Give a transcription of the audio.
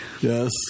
Yes